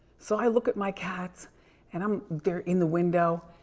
so, i look at my cats and um they're in the window,